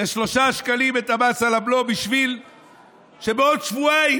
ל-3 שקלים את המס על הבלו בשביל שבעוד שבועיים,